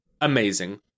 Amazing